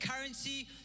currency